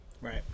Right